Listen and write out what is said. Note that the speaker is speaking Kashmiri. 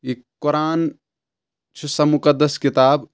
یہِ قۄران چھِ سۄ مُقدس کِتاب